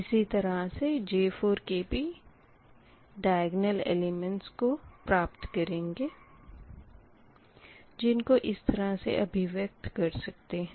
इसी तरह से J4 के भी दयग्नल एलिमेंट्स को भी प्राप्त करेंगे जिनको इस तरह से अभिव्यक्त कर सकते है